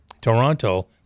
Toronto